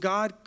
God